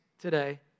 today